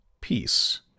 peace